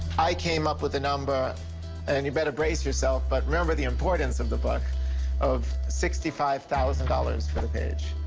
i came up with a number and you better brace yourself, but remember the importance of the book of sixty five thousand dollars for the page.